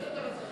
כמו בשבוע שעבר,